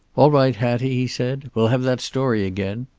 all right, hattie, he said. we'll have that story again.